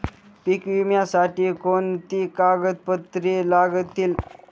पीक विम्यासाठी कोणती कागदपत्रे लागतील?